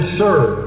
serve